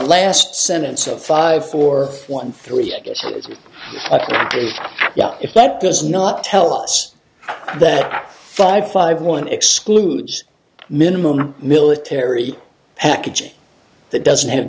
last sentence of five four one three i guess and as if that does not tell us that five five one excludes minimal military packaging that doesn't have